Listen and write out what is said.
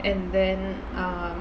and then err